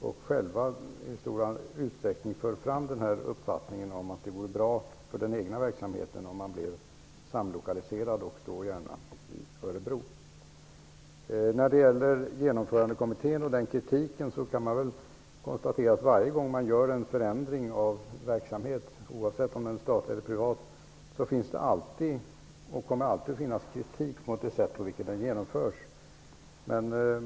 Man har på SCB i stor utsträckning själv fört fram uppfattningen att det vore bra för den egna verksamheten om det skedde en samlokalisering, och då gärna till När det gäller kritiken mot genomförandekommittén kan man konstatera att det alltid finns kritik mot det sätt på vilket en förändring genomförs, oavsett om verksamheten är statlig eller privat.